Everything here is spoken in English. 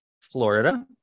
Florida